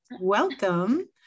welcome